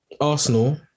Arsenal